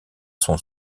son